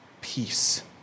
peace